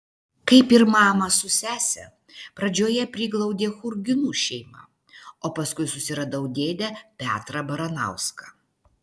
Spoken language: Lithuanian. kaip ir mamą su sese pradžioje priglaudė churginų šeima o paskui susiradau dėdę petrą baranauską